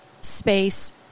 space